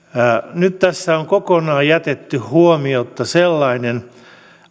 nyt tässä on kokonaan jätetty huomiotta sellainen